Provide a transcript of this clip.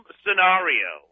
scenario